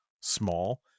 small